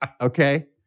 Okay